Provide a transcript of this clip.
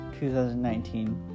2019